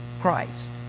Christ